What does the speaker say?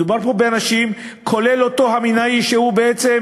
מדובר פה באנשים, כולל אותו חמינאי, שהוא בעצם